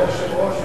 אדוני היושב-ראש,